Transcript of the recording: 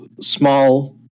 small